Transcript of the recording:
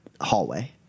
hallway